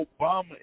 Obama